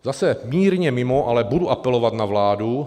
Zase mírně mimo, ale budu apelovat na vládu.